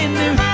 new